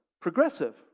progressive